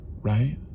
right